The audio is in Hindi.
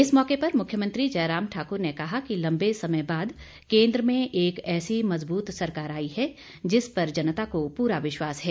इस मौके पर मुख्यमंत्री जयराम ठाकुर ने कहा कि लम्बे समय बाद केन्द्र में एक ऐसी मजबूत सरकार आई है जिस पर जनता को पूरा विश्वास है